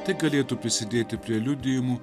tai galėtų prisidėti prie liudijimų